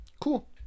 cool